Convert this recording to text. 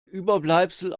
überbleibsel